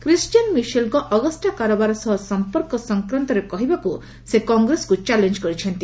Christian ମିଶେଲଙ୍କର Augusta କାରବାର ସହ ସମ୍ପର୍କ ସଂକ୍ରାନ୍ତରେ କହିବାକୁ ସେ କଂଗ୍ରେସକୁ ଚ୍ୟାଲେଞ୍ଜ କରିଛନ୍ତି